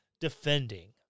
defending